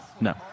no